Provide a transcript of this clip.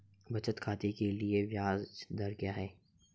बचत खाते के लिए ब्याज दर क्या है?